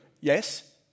yes